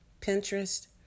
Pinterest